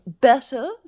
better